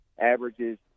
Averages